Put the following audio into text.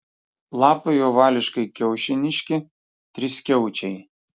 lapai ovališkai kiaušiniški triskiaučiai